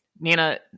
Nina